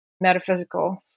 metaphysical